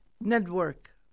Network